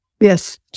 Yes